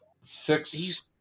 six